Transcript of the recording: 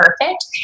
perfect